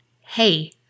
hey